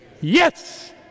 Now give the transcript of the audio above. Yes